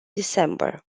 december